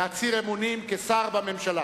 להצהיר אמונים כשר בממשלה.